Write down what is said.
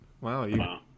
Wow